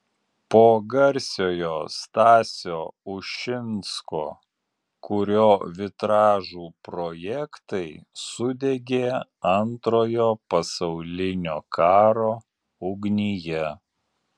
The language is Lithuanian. po garsiojo stasio ušinsko kurio vitražų projektai sudegė antrojo pasaulinio karo ugnyje